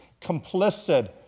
complicit